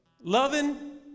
loving